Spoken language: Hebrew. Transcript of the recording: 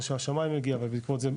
או שהשמאי מגיע ובעקבות זה,